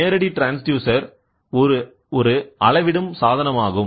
நேரடி ட்ரான்ஸ்டியூசர் ஒரு அளவிடும் சாதனமாகும்